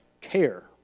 care